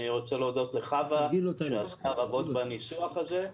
אני רוצה להודות לחווה שעשתה רבות בניסוח הזה.